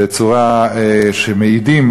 בצורה שמעידים,